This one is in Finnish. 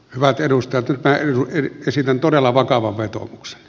hyvät edustajat nyt minä esitän todella vakavan vetoomuksen